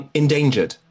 endangered